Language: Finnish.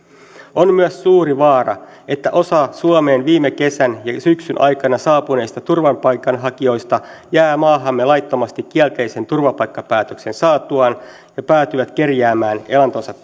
on myös suuri vaara että osa suomeen viime kesän ja syksyn aikana saapuneista turvapaikanhakijoista jää maahamme laittomasti kielteisen turvapaikkapäätöksen saatuaan ja päätyy kerjäämään elantonsa